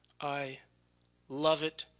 i love it,